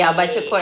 !yay!